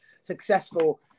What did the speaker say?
successful